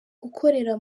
gukorera